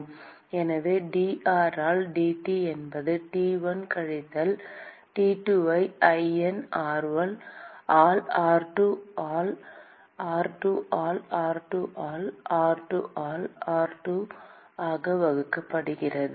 எனவே dr ஆல் dT என்பது T1 கழித்தல் T2 ஐ ln r1 ஆல் r2 ஆல் r2 ஆல் r ஆல் 1 ஆல் r2 ஆக வகுக்கப்படுகிறது